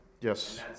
Yes